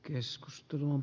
keskustelu